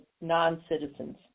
non-citizens